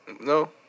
No